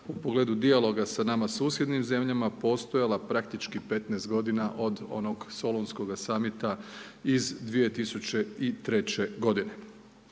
u pogledu dijaloga s nama susjednim zemljama, postojala praktički 15 g. od onog Solunskuga summita iz 2003. g.